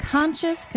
Conscious